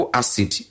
acid